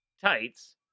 tights